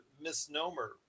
misnomer